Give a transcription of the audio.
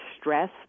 stress